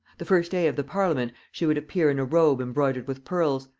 the first day of the parliament she would appear in a robe embroidered with pearls,